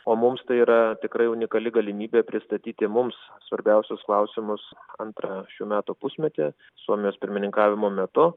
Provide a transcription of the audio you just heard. o mums tai yra tikrai unikali galimybė pristatyti mums svarbiausius klausimus antrą šių metų pusmetį suomijos pirmininkavimo metu